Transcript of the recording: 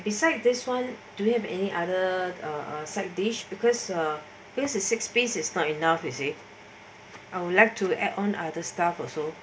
besides this [one] do you have any other side dish because there's a six piece is not enough is it I would like to add on other stuff also